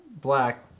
black